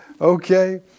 Okay